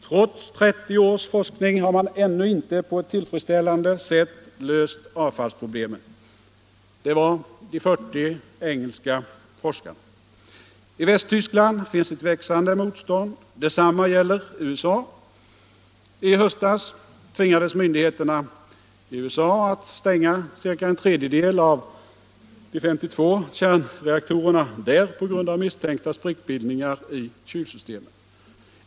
Trots 30 års forskning har man ännu inte på ett tillfredsställande sätt löst avfallsproblemen.” I Västtyskland finns ett växande motstånd. Detsamma gäller USA. I höstas tvingades myndigheterna i USA att stänga ca en tredjedel av de 52 kärnreaktorerna på grund av misstänkta sprickbildningar i kylsystemen.